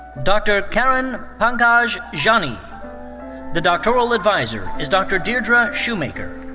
dr. karan pankaj jani. the doctoral adviser is dr. dierdre shoemaker.